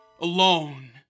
alone